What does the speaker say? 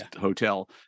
hotel